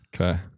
Okay